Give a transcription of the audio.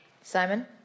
Simon